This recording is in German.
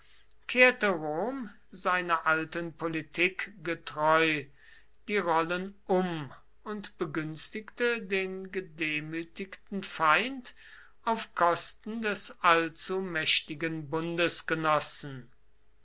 rom seiner alten politik getreu die rollen um und begünstigte den gedemütigten feind auf kosten des